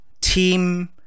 team